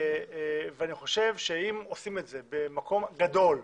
אני חושב שאם עושים את זה במקום גדול,